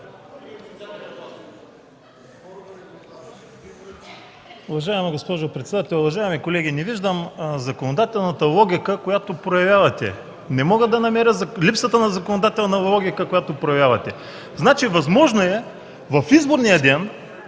Възможно е в изборния ден